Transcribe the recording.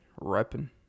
repping